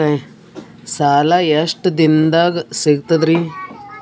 ಸಾಲಾ ಎಷ್ಟ ದಿಂನದಾಗ ಸಿಗ್ತದ್ರಿ?